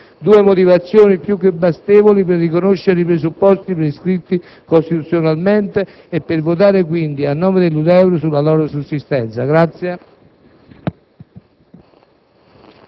di regole certe: due motivazioni più che bastevoli per riconoscere i presupposti prescritti costituzionalmente e per votare quindi - a nome dell'Udeur - sulla loro sussistenza.